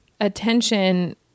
attention